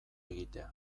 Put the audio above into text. egitea